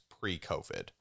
pre-COVID